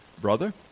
brother